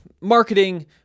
Marketing